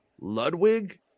Ludwig